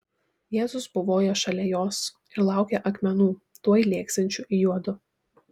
jėzus buvojo šalia jos ir laukė akmenų tuoj lėksiančių į juodu